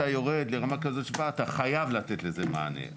יורד לרמה כזאת שבה אתה חייב לתת לזה מענה,